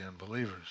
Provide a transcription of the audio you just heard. unbelievers